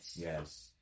Yes